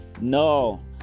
No